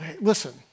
listen